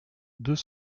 deux